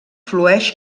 flueix